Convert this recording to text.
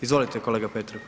Izvolite kolega Petrov.